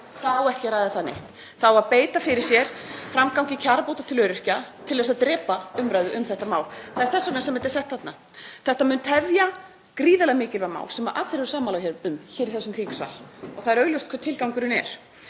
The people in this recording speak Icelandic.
á ekki að ræða það neitt. Það á að beita fyrir sig framgangi kjarabóta til öryrkja til að drepa umræðu um þetta mál. Það er þess vegna sem málið er sett þarna. Þetta mun tefja gríðarlega mikilvæg mál sem allir eru sammála um hér í þessum þingsal og það er augljóst hver tilgangurinn er.